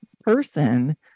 person